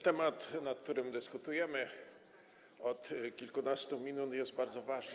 Temat, nad którym dyskutujemy od kilkunastu minut, jest bardzo ważny.